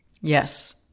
Yes